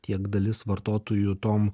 tiek dalis vartotojų tom